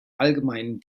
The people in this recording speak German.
allgemeinen